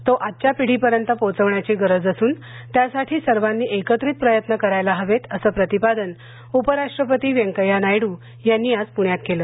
तो आजच्या पिढीपर्यंत पाहोचवण्याची गरज असून त्यासाठी सर्वांनीएकत्रित प्रयत्न करायला हवेत असं प्रतिपादन उपराष्ट्रपती व्यंकय्या नायडू यांनी आज पुण्यात केलं